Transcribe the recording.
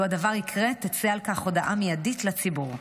לו הדבר יקרה, תצא על כך הודעה מיידית לציבור.